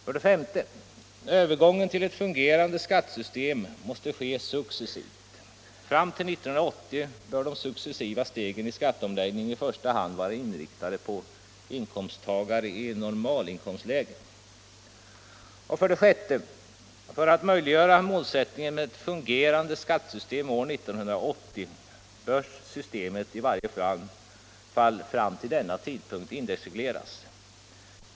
För det femte: Övergången till ett fungerande skattesystem måste ske successivt. Fram till 1980 bör de successiva stegen i en skatteomläggning i första hand vara inriktade på inkomsttagare i normalinkomstlägen. För det sjätte: För att möjliggöra målsättningen med ett fungerande skattesystem 1980 bör systemet i varje fall fram till denna tidpunkt indexregleras.